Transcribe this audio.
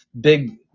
big